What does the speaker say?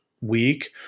week